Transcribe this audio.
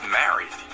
married